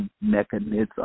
mechanism